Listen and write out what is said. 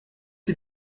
sie